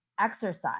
exercise